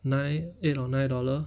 nine eight or nine dollar